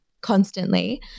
constantly